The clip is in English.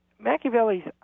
Machiavelli's